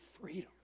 Freedom